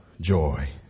Joy